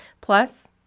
Plus